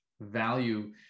value